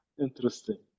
Interesting